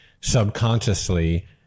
subconsciously